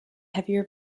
heavier